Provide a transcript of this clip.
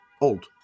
old